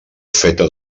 feta